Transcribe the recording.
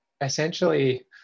essentially